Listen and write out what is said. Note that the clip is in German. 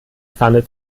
pfanne